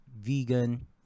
vegan